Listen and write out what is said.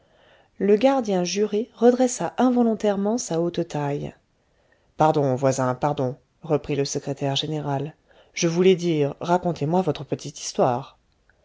le gardien juré redressa involontairement sa haute taille pardon voisin pardon reprit le secrétaire général je voulais dire racontez-moi votre petite histoire